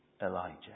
Elijah